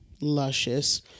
luscious